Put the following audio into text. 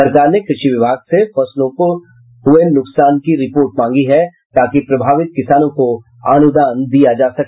सरकार ने कृषि विभाग से फसलों को नुकसान की रिपोर्ट मांगी है ताकि प्रभावित किसानों को अनुदान दिया जा सके